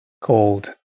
called